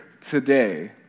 today